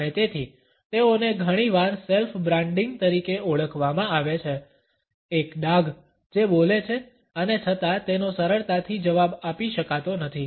અને તેથી તેઓને ઘણીવાર સેલ્ફ બ્રાન્ડિંગ તરીકે ઓળખવામાં આવે છે એક ડાઘ જે બોલે છે અને છતાં તેનો સરળતાથી જવાબ આપી શકાતો નથી